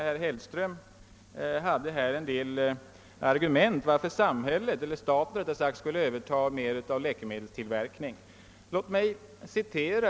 Herr Hellström framför en del argument för att staten skulle överta mer av läkemedelstillverkningen.